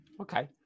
Okay